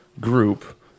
group